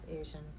Asian